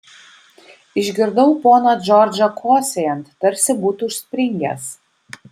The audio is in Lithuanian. išgirdau poną džordžą kosėjant tarsi būtų užspringęs